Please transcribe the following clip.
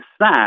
sad